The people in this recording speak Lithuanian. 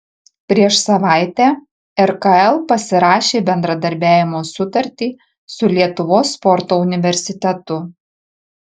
prieš savaitę rkl pasirašė bendradarbiavimo sutartį su lietuvos sporto universitetu